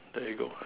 there you go